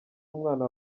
umwana